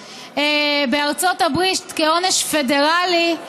בארצות-הברית, כעונש פדרלי,